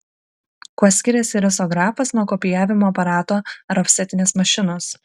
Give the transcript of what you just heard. kuo skiriasi risografas nuo kopijavimo aparato ar ofsetinės mašinos